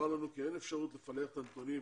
נאמר לנו כי אין אפשרות לפלח את הנתונים